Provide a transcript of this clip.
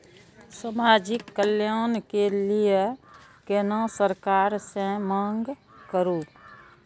समाजिक कल्याण के लीऐ केना सरकार से मांग करु?